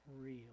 real